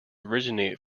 originate